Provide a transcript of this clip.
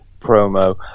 promo